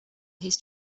his